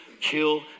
kill